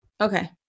Okay